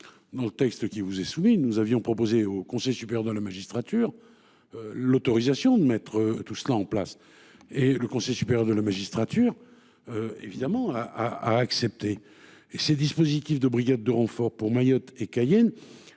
Dans le texte qui vous est soumis, nous avions proposé au Conseil supérieur de la magistrature. L'autorisation de mettre tout cela en place et le Conseil supérieur de la magistrature. Évidemment a accepté et ces dispositifs de brigade de renfort pour Mayotte et Cayenne.